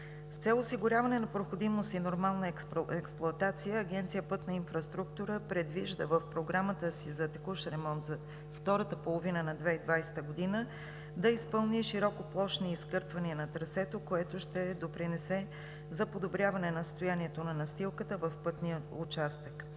С цел осигуряване на проходимост и нормална експлоатация Агенция „Пътна инфраструктура“ предвижда в програмата си за текущ ремонт за втората половина на 2020 г. да изпълни широкоплощни изкъртвания на трасето, което ще допринесе за подобряване състоянието на настилката в пътния участък.